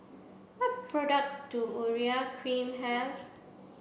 what products does Urea cream have